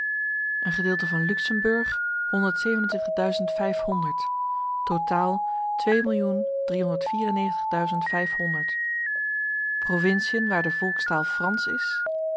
een gedeelte van luxemburg vijfhonderd totaal twee millioen vierhonderd provinciën waar de volkstaal frans is